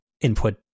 input